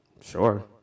Sure